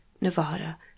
Nevada